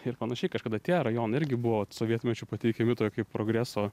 ir panašiai kažkada tie rajonai irgi buvo sovietmečiu pateikiami kaip progreso